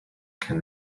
can